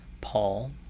Paul